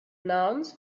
nouns